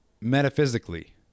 metaphysically